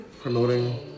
promoting